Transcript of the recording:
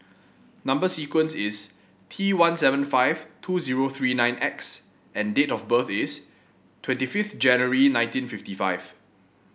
number sequence is T one seven five two zero three nine X and date of birth is twenty fifth January nineteen fifty five